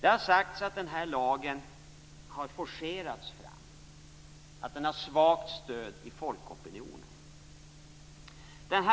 Det har sagts att denna lag har forcerats fram och att den har svagt stöd i folkopinionen.